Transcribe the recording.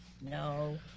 no